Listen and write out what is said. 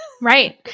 Right